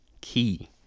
key